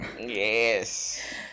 Yes